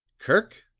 kirk,